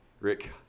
Rick